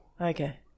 Okay